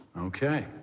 Okay